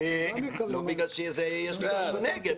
לא שבגלל שיש לי משהו נגד.